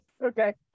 Okay